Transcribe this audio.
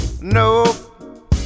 no